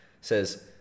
says